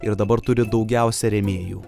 ir dabar turi daugiausia rėmėjų